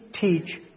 teach